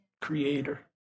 creator